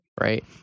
right